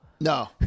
No